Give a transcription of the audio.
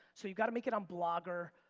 so you've gotta make it on blogger,